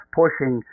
pushing